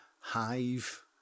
hive